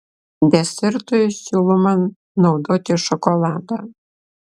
desertui siūloma naudoti šokoladą